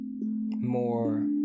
more